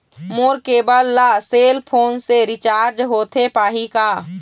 मोर cable ला cell phone से recharge होथे पाही का?